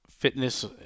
Fitness